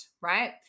Right